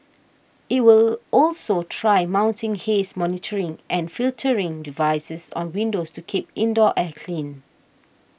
it will also try mounting haze monitoring and filtering devices on windows to keep indoor air clean